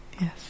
Yes